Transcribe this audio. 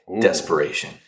desperation